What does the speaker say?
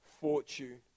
fortune